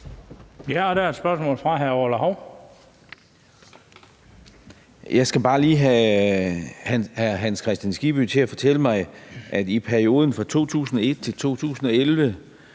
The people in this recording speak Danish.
Jeg skal bare lige have hr. Hans Kristian Skibby til at fortælle mig, at Dansk Folkeparti i perioden fra 2001 til 2011